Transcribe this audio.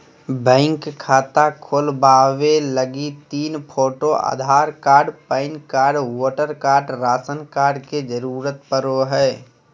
bank खाता खोलबावे लगी तीन photo, Aadhaar card, PAN card, voter card, ration card के जरूरत पड़ो हय